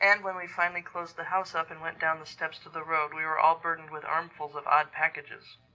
and when we finally closed the house up and went down the steps to the road, we were all burdened with armfuls of odd packages.